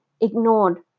ignored